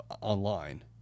online